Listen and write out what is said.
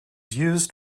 used